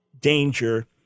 danger